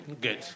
Good